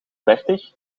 dertig